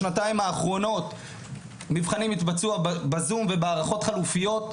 בשנתיים האחרונות מבחנים התבצעו בזום ובהערכות חלופיות,